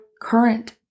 current